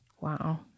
Wow